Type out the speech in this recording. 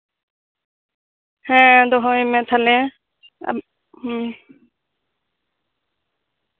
ᱦᱮᱸ ᱫᱚᱦᱚᱭ ᱢᱮ ᱛᱟᱞᱦᱮ ᱦᱩᱸ